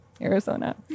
Arizona